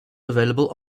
available